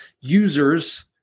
users